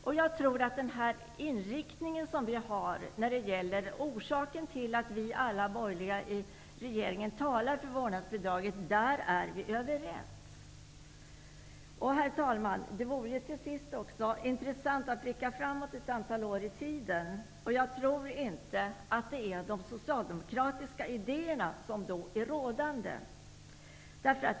Orsaken till att alla vi i den borgerliga regeringen talar för vårdnadsbidraget är att vi är överens i den frågan. Herr talman! Det vore också intressant att blicka ett antal år framåt i tiden. Jag tror inte att det är de socialdemokratiska idéerna som då är rådande.